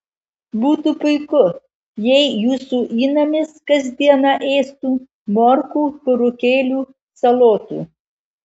būtų puiku jei jūsų įnamis kas dieną ėstų morkų burokėlių salotų